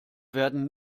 werden